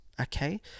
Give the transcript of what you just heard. Okay